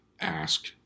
ask